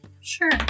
Sure